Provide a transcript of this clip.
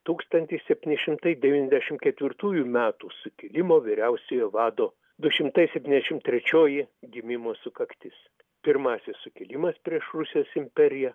tūkstantis septyni šimtai devyniasdešimt ketvirtųjų metų sukilimo vyriausiojo vado du šimtai septyniasdešimt trečioji gimimo sukaktis pirmasis sukilimas prieš rusijos imperiją